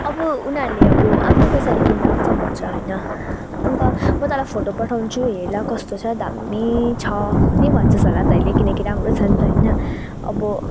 अब उनीहरूले अब आफ्नो पैसाले किन्दा पनि त हुन्छ होइन अन्त म तँलाई फोटो पठाउँछु हेर ल कस्तो छ दामी छ नै भन्छस् होला तैँले किनकि राम्रो छ नि त होइन अब